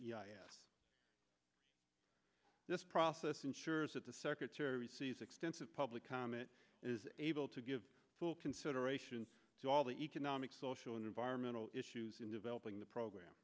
this process ensures that the secretary sees extensive public comment is able to give full consideration to all the economic social and environmental issues in developing the program